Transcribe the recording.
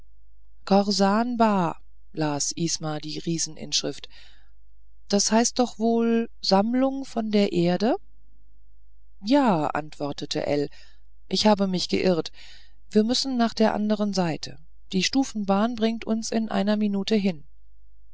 corsan ba las isma die rieseninschrift das heißt ja doch wohl sammlungen von der erde ja antwortete ell ich habe mich geirrt wir müssen nach der anderen seite die stufenbahn bringt uns in einer minute hin